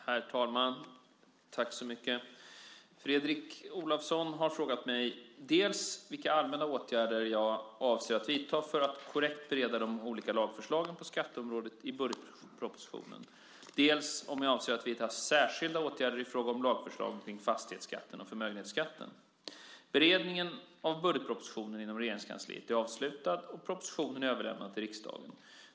Herr talman! Fredrik Olovsson har frågat mig dels vilka allmänna åtgärder jag avser att vidta för att korrekt bereda de olika lagförslagen på skatteområdet i budgetpropositionen, dels om jag avser att vidta särskilda åtgärder i fråga om lagförslagen kring fastighetsskatten och förmögenhetsskatten. Beredningen av budgetpropositionen inom Regeringskansliet är avslutad, och propositionen är överlämnad till riksdagen.